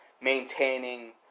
maintaining